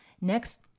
Next